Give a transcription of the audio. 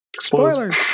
Spoilers